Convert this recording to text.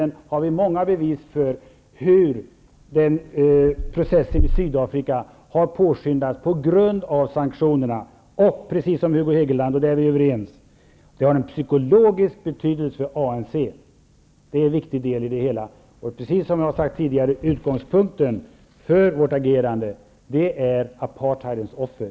Vi har många bevis för att processen i Sydafrika har påskyndats på grund av sanktionerna. De har också en psykologisk betydelse för ANC, precis som Hugo Hegeland skriver. Där är vi överens. Det är en viktig del i det hela. Precis som jag har sagt tidigare är utgångspunkten för vårt agerande apartheids offer.